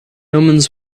omens